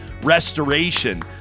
Restoration